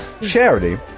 charity